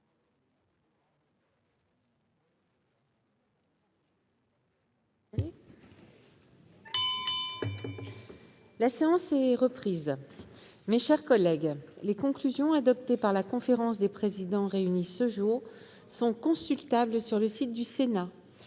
La séance est reprise. Les conclusions adoptées par la conférence des présidents réunie ce jour sont consultables sur le site du Sénat.-